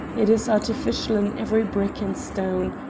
it is artificial in every brick and stone,